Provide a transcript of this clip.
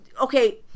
okay